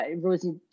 Rosie